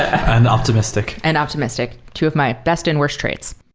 and optimistic and optimistic. two of my best and worst traits.